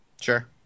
Sure